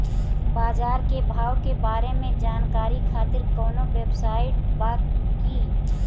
बाजार के भाव के बारे में जानकारी खातिर कवनो वेबसाइट बा की?